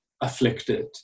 afflicted